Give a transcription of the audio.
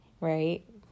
right